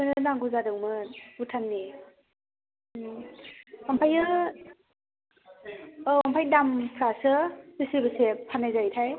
नांगौ जादोंमोन भुताननि ओमफायो औ ओमफ्राय दामफ्रासो बेसे बेसे फाननाय जायोथाय